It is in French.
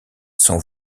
sont